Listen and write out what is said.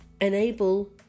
enable